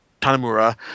Tanamura